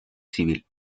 civil